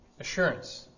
Assurance